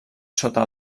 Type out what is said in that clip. sota